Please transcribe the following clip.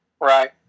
Right